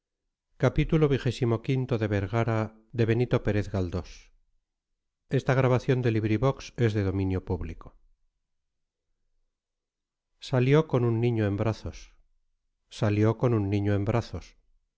salió con un niño en brazos salió con un niño en brazos sólo